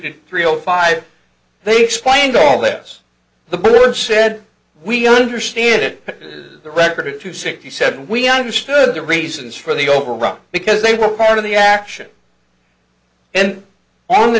to three o five they explained all this the board said we understand it the record to six he said we understood the reasons for the overrun because they were part of the action and on the